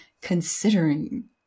considering